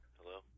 Hello